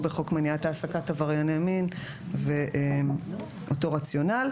בחוק מניעת העסקת עברייני מין ואותו רציונל.